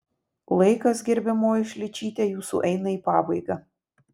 laikas gerbiamoji šličyte jūsų eina į pabaigą